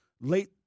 late